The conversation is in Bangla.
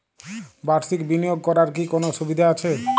বাষির্ক বিনিয়োগ করার কি কোনো সুবিধা আছে?